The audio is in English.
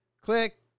Click